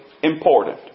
Important